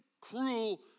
cruel